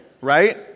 right